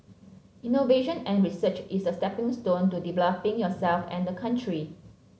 innovation and research is a stepping stone to developing yourself and the country